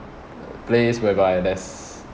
place whereby there's